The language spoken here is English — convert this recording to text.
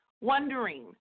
wondering